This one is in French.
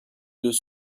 deux